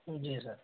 जी sir